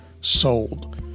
sold